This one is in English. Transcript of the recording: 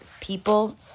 people